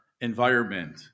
environment